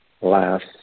last